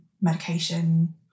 medication